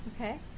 Okay